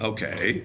Okay